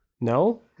No